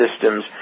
systems